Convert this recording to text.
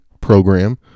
program